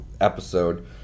episode